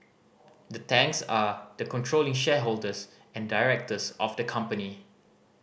the Tangs are the controlling shareholders and directors of the company